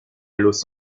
los